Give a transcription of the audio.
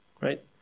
right